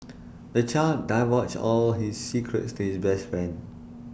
the child divulged all his secrets to his best friend